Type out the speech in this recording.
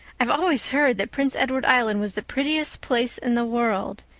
i've always heard that prince edward island was the prettiest place in the world,